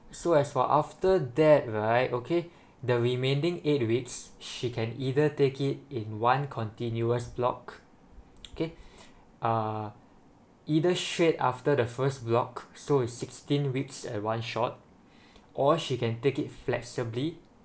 so as for after that right okay the remaining eight weeks she can either take it in one continuous block okay uh either shared after the first block so it's sixteen weeks at one shot or she can take it flexibly